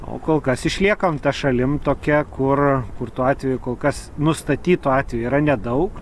o kol kas išliekam ta šalim tokia kur kur tųatvejų kol kas nustatytų atvejų yra nedaug